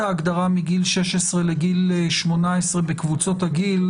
ההגדרה מגיל 16 לגיל 18 בקבוצות הגיל?